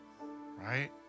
Right